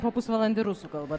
po pusvalandį rusų kalba